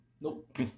Nope